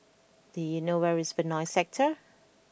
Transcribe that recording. do you know where is Benoi Sector